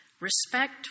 Respect